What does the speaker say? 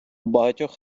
багатьох